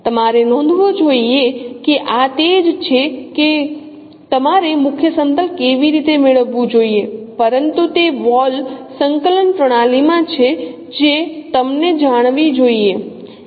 તમારે નોંધવું જોઈએ કે આ તે જ છે કે તમારે મુખ્ય સમતલ કેવી રીતે મેળવવું જોઈએ પરંતુ તે વોલ સંકલન પ્રણાલીમાં છે જે તમને જાણવી જોઈએ